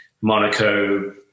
Monaco